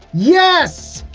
yes!